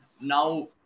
Now